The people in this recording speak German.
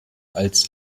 als